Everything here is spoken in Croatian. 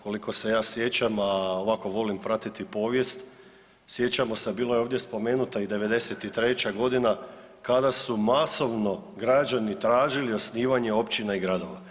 Koliko se ja sjećam, a ovako volim pratiti povijest, sjećamo se bilo je ovdje spomenuta i 93. godina kada su masovno građani tražili osnivanje općina i gradova.